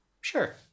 Sure